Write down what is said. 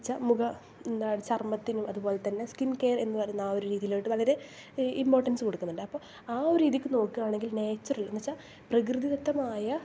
എന്നു വെച്ചാൽ മുഖ എന്താ ചർമ്മത്തിനും അതുപോലെ തന്നെ സ്കിൻ കെയർ എന്നുപറയുന്ന ആ ഒരു രീതിയിലോട്ട് വളരെ ഇമ്പോർട്ടൻസ് കൊടുക്കുന്നുണ്ട് അപ്പോൾ ആ ഒരു രീതിക്ക് നോക്കുകയാണെങ്കിൽ നേച്ചറൽ എന്നു വെച്ചാൽ പ്രകൃതിദത്തമായ